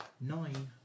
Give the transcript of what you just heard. nine